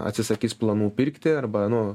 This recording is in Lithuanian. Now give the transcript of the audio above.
atsisakys planų pirkti arba nu